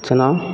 चना